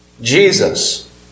Jesus